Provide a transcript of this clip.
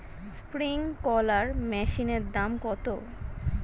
Sprinkler মেশিনের দাম কত?